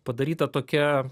padaryta tokia